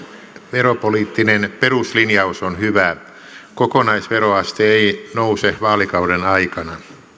veropoliittinen peruslinjaus on hyvä kokonaisveroaste ei ei nouse vaalikauden aikana